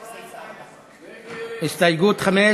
הסתייגות 5, לסעיף 4. ההסתייגות של חבר